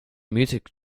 music